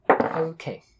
Okay